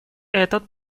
этот